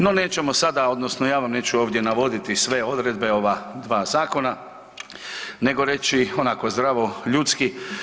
No, nećemo sada odnosno ja vam neću ovdje navoditi sve odredbe ova dva zakona nego reći onako zdravo ljudski.